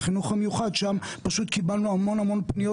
ההצעה לגבי החינוך המיוחד ששם פשוט קיבלנו המון המון פניות